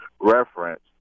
reference